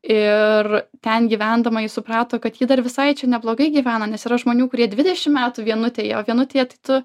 ir ten gyvendama ji suprato kad ji dar visai čia neblogai gyvena nes yra žmonių kurie dvidešimt metų vienutėje o vienutėje tai tu